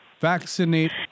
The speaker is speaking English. vaccinate